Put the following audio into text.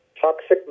toxic